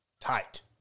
tight